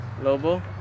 Lobo